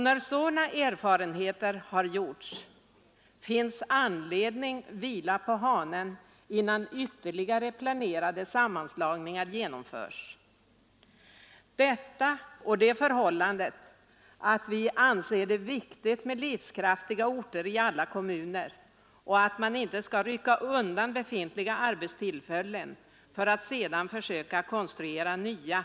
När sådana erfarenheter har gjorts finns det anledning att vila på hanen innan ytterligare planerade sammanslagningar genomförs. Vi anser det viktigt med livskraftiga orter i alla kommuner, och vi menar att man skall inte rycka undan befintliga arbetstillfällen för att sedan försöka konstruera nya.